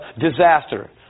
disaster